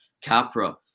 capra